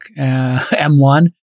m1